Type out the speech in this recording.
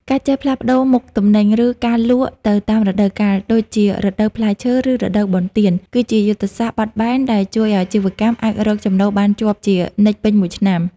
ការចេះផ្លាស់ប្តូរមុខទំនិញ ឬការលក់ទៅតាមរដូវកាល ដូចជារដូវផ្លែឈើ ឬរដូវបុណ្យទាន គឺជាយុទ្ធសាស្ត្របត់បែនដែលជួយឱ្យអាជីវកម្មអាចរកចំណូលបានជាប់ជានិច្ចពេញមួយឆ្នាំ។